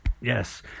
yes